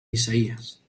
isaïes